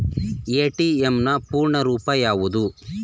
ATM ನ ಪೂರ್ಣ ರೂಪ ಯಾವುದು?